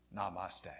Namaste